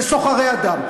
וסוחרי אדם.